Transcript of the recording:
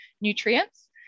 nutrients